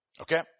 Okay